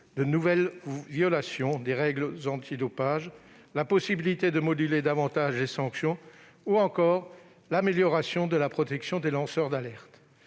de nouvelles violations des règles antidopage, la possibilité de moduler davantage les sanctions ou encore l'amélioration de la protection des lanceurs d'alerte.